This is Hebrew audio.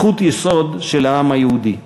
זכות יסוד של העם היהודי,